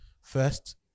first